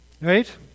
right